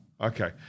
okay